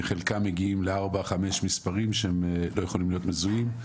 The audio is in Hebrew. חלקם מגיעים ל-4-5 מספרים שהם לא יכולים להיות מזוהים,